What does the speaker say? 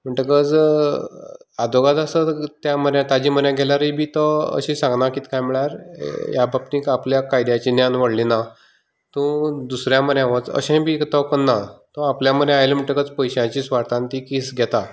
म्हणटकच आदवोगाद आसा त्या म्हऱ्या ताजे म्हऱ्यान गेल्यारूय बी तो अशें सांगना कितें कांय म्हणल्यार ह्या बाबतींत आपल्याक कायद्याचें न्यान व्हडलें ना तूं दुसऱ्याच्या म्हऱ्यांत वच अशें बी तो केन्नाच तो आपल्या म्हऱ्यांत आयले म्हणटकच पयशांच्या सुवार्थान ती केस घेता